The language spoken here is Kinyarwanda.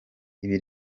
ibi